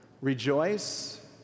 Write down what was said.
rejoice